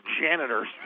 janitors